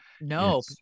No